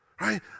right